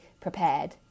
prepared